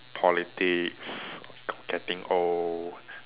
politics getting old